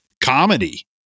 comedy